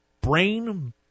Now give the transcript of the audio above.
brain